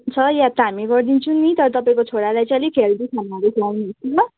छ याद त हामी गरिदिन्छु नि तर तपाईँको छोरालाई चाहिँ अलिक हेल्दी खानाहरू खिलाउनुहोस् न ल